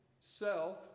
self